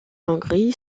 hongrie